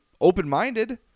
open-minded